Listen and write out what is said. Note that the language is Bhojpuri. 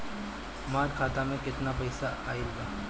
हमार खाता मे केतना पईसा आइल बा?